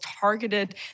targeted